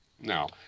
no